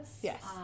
Yes